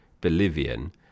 Bolivian